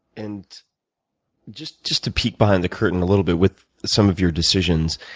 and just just to peek behind the curtain a little bit with some of your decisions,